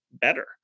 better